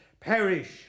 perish